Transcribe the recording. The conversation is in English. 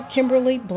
Kimberly